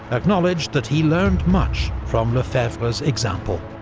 acknowledged that he learned much from lefebvre's example.